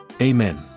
Amen